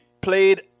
played